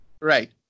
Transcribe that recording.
Right